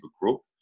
group